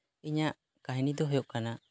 ᱤᱧᱟᱹᱜ ᱠᱟᱹᱦᱱᱤ ᱫᱚ ᱦᱩᱭᱩᱜ ᱠᱟᱱᱟ